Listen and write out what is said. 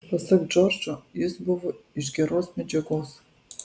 pasak džordžo jis buvo iš geros medžiagos